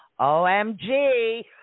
Omg